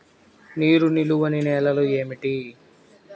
నీరు నిలువని నేలలు ఏమిటి?